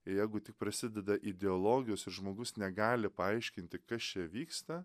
jeigu tik prasideda ideologijos ir žmogus negali paaiškinti kas čia vyksta